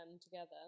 together